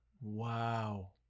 wow